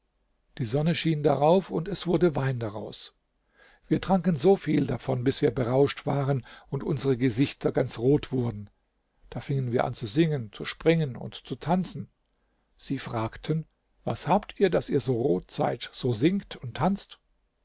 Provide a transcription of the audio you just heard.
die sonne schien darauf und es wurde wein daraus wir tranken so viel davon bis wir berauscht waren und unsere gesichter ganz rot wurden da fingen wir an zu singen zu springen und zu tanzen sie fragten was habt ihr daß ihr so rot seid so singt und tanzt